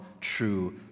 true